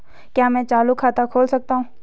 क्या मैं चालू खाता खोल सकता हूँ?